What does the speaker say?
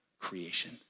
creation